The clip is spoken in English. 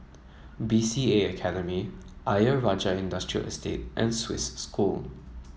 B C A Academy Ayer Rajah Industrial Estate and Swiss School